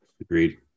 Agreed